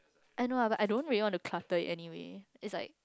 I know ah but I don't really want to clutter it anyway is like